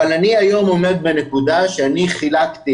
אבל אני היום עומד בנקודה שאני חילקתי